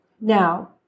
Now